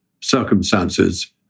circumstances